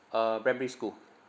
uh primary school